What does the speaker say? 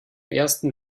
ersten